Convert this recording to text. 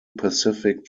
pacific